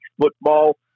football